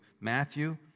Matthew